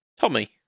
Tommy